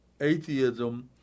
atheism